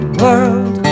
world